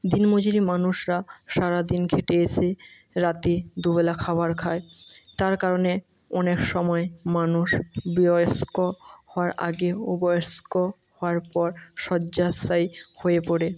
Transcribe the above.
দিনমজুর মানুষরা সারাদিন খেটে এসে রাতে দুবেলা খাবার খায় তার কারণে অনেক সময় মানুষ বয়স্ক হওয়ার আগে ও বয়স্ক হওয়ার পর শয্যাশায়ী হয়ে পড়ে